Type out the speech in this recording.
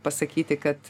pasakyti kad